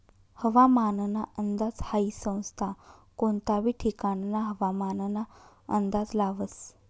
हवामानना अंदाज हाई संस्था कोनता बी ठिकानना हवामानना अंदाज लावस